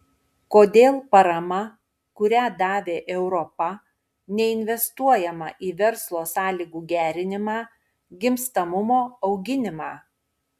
kodėl parama kurią davė europa neinvestuojama į verslo sąlygų gerinimą gimstamumo auginimą